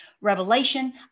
Revelation